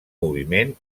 moviment